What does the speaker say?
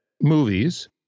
movies